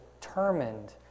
determined